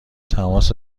تماس